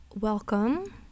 welcome